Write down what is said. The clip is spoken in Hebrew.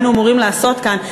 היינו אמורים לעשות כאן,